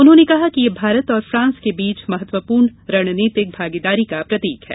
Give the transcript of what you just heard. उन्होंने कहा कि यह भारत और फ्रांस के बीच महत्वपूर्ण रणनीतिक भागीदारी का प्रतीक है